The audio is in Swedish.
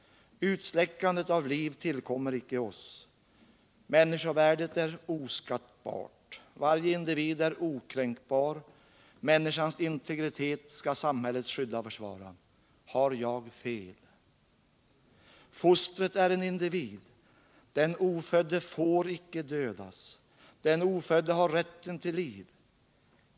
Utsläckandet av liv tillkommer icke oss. Människovärdet är oskattbart. Varje individ är okränkbar, människans integritet skall samhället skydda och försvara. Har jag fel? Fostret är en individ. Den ofödde får icke dödas. Den ofödde har rätten till liv.